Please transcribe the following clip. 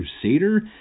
crusader